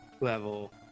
level